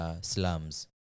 slums